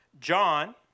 John